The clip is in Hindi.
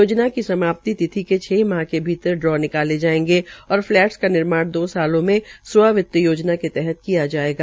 योजना की समाप्ति तिथि के छ माह के भीतर ड्रा निकाले जायेंगे और फलैटस का निर्माण दो सालों में स्व वित योजना के तहत किया जायेगा